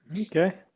Okay